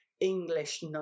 English